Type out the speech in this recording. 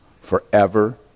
forever